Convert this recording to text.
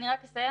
אני רק אסיים.